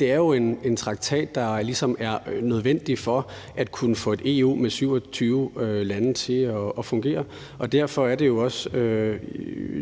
det er jo en traktat, der ligesom er nødvendig for at kunne få et EU med 27 lande til at fungere. Derfor er det jo også